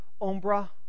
Ombra